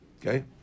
Okay